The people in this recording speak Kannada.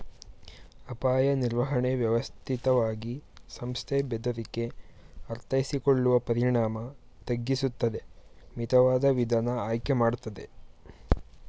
ಅಪಾಯ ನಿರ್ವಹಣೆ ವ್ಯವಸ್ಥಿತವಾಗಿ ಸಂಸ್ಥೆ ಬೆದರಿಕೆ ಅರ್ಥೈಸಿಕೊಳ್ಳುವ ಪರಿಣಾಮ ತಗ್ಗಿಸುತ್ತದೆ ಮಿತವಾದ ವಿಧಾನ ಆಯ್ಕೆ ಮಾಡ್ತದೆ